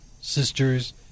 sisters